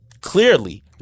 clearly